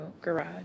garage